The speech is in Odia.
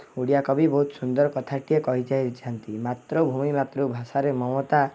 ଓଡ଼ିଆ କବି ବହୁତ ସୁନ୍ଦର କଥାଟିଏ କହିଯାଇଛନ୍ତି ମାତୃଭୂମି ମାତୃଭାଷାରେ ମମତା